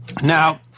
Now